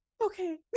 okay